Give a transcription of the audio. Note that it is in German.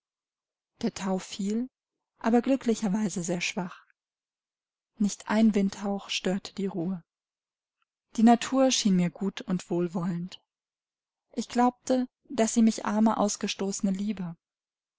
der thau fiel aber glücklicherweise sehr schwach nicht ein windhauch störte die ruhe die natur schien mir gut und wohlwollend ich glaubte daß sie mich arme ausgestoßene liebe